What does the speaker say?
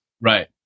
Right